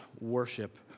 worship